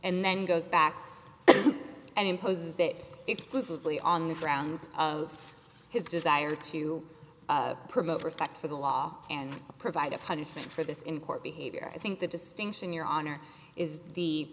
and then goes back and imposes that exclusively on the grounds of his desire to promote respect for the law and provide a punishment for this in court behavior i think the distinction your honor is the